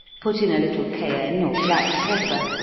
put in a little cayenne, or black pepper,